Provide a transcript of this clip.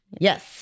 Yes